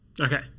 Okay